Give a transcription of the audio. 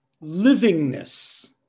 livingness